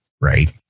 Right